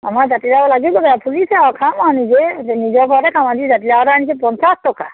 আমাৰ জাতিলাও লাগিছেগৈ ফুলিছে আৰু খাম আৰু নিজে নিজৰ ঘৰতে খাম আজি জাতিলাও এটা আনিছে পঞ্চাছ টকা